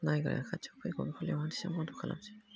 नायग्राया खाथियाव फैब्ला बन्द' खालामसै